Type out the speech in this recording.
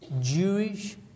Jewish